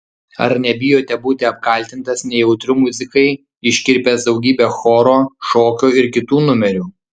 ar nebijote būti apkaltintas nejautriu muzikai iškirpęs daugybę choro šokio ir kitų numerių